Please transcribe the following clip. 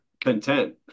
content